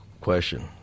question